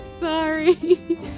Sorry